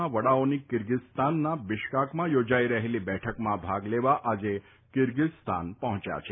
ના વડાઓની કીર્ગીઝસ્તાનના બિશ્કાકમાં યોજાઇ રહેલી બેઠકમાં ભાગ લેવા આજે કીર્ગીઝસ્તાન પહોંચ્યા છે